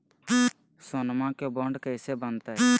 सोनमा के बॉन्ड कैसे बनते?